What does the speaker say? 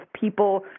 people